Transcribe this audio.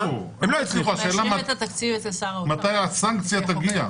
------ הם לא הצליחו --- השאלה מתי הסנקציה תגיע.